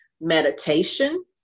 Meditation